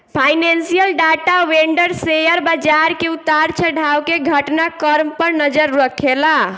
financial data vendor share बाजार के उतार चढ़ाव के घटना क्रम पर नजर रखेला